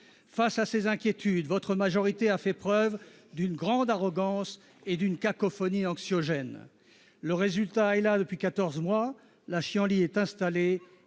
Face à ces inquiétudes, votre majorité a fait preuve d'une grande arrogance et d'une cacophonie anxiogène. Le résultat est là depuis quatorze mois : la chienlit est installée